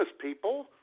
people